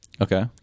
Okay